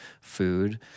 food